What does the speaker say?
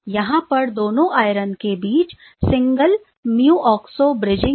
यहां पर दोनों आयरन के बीच सिंगल म्यू ऑक्सो ब्रिजिंग है